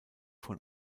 von